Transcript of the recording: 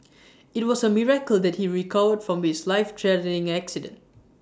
IT was A miracle that he recovered from his life threatening accident